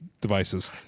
devices